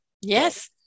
Yes